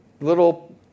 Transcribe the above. Little